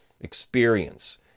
experience